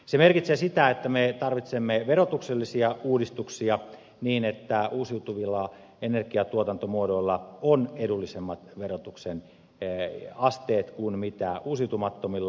se merkitsee sitä että me tarvitsemme verotuksellisia uudistuksia niin että uusiutuvilla energiantuotantomuodoilla on edullisemmat verotuksen asteet kuin uusiutumattomilla